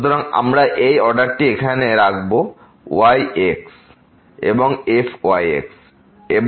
সুতরাং আমরা এই অর্ডারটি এখানে রাখব yx এবং fyx এবং 2f∂y∂x